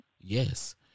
Yes